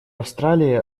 австралия